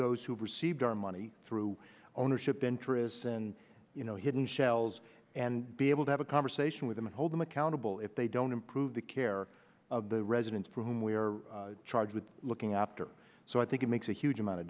those who received our money through ownership interests and you know hidden shells and be able to have a conversation with them and hold them accountable if they don't improve the care of the residents for whom we are charged with looking after so i think it makes a huge amount of